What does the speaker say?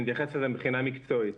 אני אתייחס לזה מבחינה מקצועית.